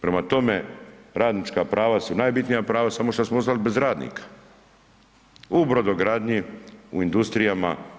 Prema tome, radnička prava su najbitnija prava samo što smo ostali bez radnika, u brodogradnji u industrijama.